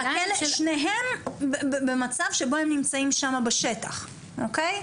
שניהם במצב שבו הם נמצאים שם בשטח, אוקיי?